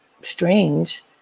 strange